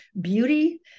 beauty